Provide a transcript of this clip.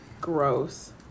Gross